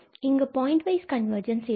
இங்கு point wise convergence இருக்கும்